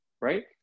right